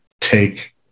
take